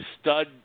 stud